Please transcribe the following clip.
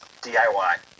DIY